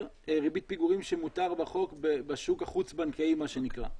ריבית פיגורים שמותר בחוק בשוק החוץ-בנקאי מה שנקרא.